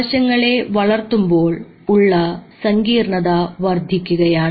കോശങ്ങളെ വളർത്തുമ്പോൾ ഉള്ള സങ്കീർണത വർദ്ധിക്കുകയാണ്